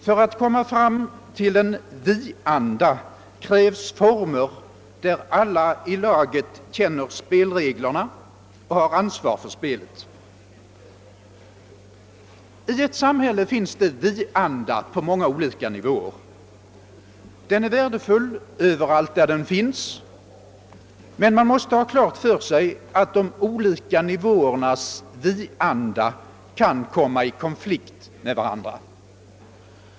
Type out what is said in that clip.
För att komma fram till en vi-anda krävs former, där alla i laget känner till reglerna och har ansvar för spelet. I ett samhälle finns det vi-anda på många olika nivåer. Den är värdefull överallt där den finns, men man måste ha klart för sig att de olika nivåernas vi-anda kan komma i konflikt med varandra.